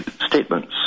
statements